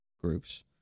groups